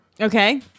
Okay